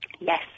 Yes